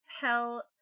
hell